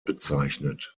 bezeichnet